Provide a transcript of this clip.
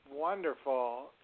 Wonderful